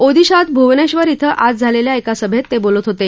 ओदिशात भूवनेश्वर इथं आज झालेल्या एका सभेत ते बोलत होते